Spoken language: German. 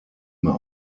mehr